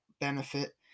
benefit